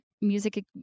music